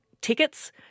tickets